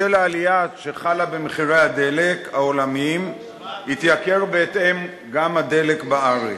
בשל העלייה שחלה במחירי הדלק העולמיים התייקר בהתאם גם הדלק בארץ.